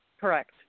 Correct